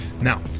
Now